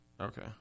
Okay